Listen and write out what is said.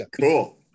cool